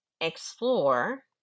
explore